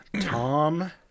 Tom